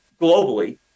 globally